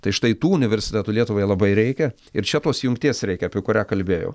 tai štai tų universitetų lietuvai labai reikia ir čia tos jungties reikia apie kurią kalbėjau